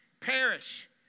Perish